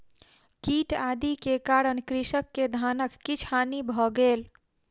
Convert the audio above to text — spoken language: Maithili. कीट आदि के कारण कृषक के धानक किछ हानि भ गेल